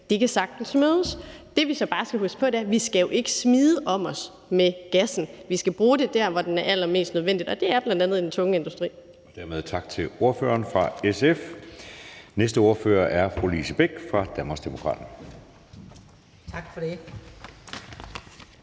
kan sagtens mødes. Det, som vi jo så bare skal huske på, er, at vi ikke skal smide om os med gassen, men at vi skal bruge den der, hvor det er allermest nødvendigt, og det er bl.a. i den tunge industri.